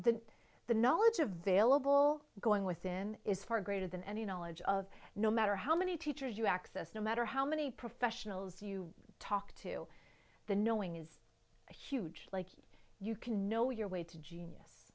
than the knowledge available going within is far greater than any knowledge of no matter how many teachers you access no matter how many professionals you talk to the knowing is a huge you can know your way to genius